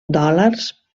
dòlars